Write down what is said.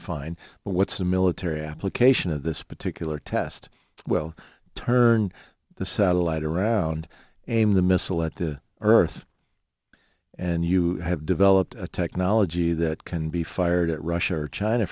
but what's the military application of this particular test well turn the satellite around aim the missile at the earth and you have developed a technology that can be fired at russia or china